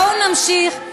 בואו נמשיך.